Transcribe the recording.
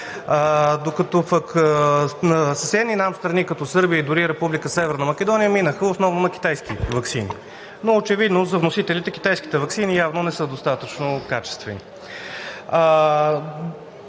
Докато съседни нам страни, като Сърбия, и дори Република Северна Македония, минаха основно на китайски ваксини, но очевидно за вносителите китайските ваксини явно не са достатъчно качествени.